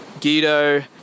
Guido